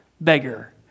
beggar